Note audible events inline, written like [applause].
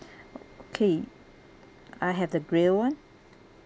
[breath] okay I'll have the grilled one